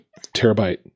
terabyte